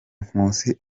nkusi